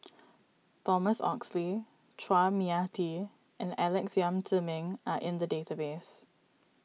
Thomas Oxley Chua Mia Tee and Alex Yam Ziming are in the database